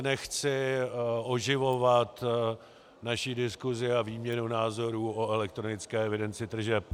Nechci teď oživovat naši diskusi a výměnu názorů o elektronické evidenci tržeb.